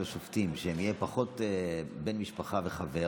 השופטים יהיו פחות בני משפחה וחברים,